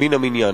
מן המניין.